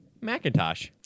Macintosh